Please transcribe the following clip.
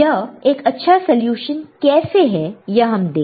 यह एक अच्छा सलूशन कैसे है यह हम देखते हैं